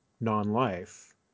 non-life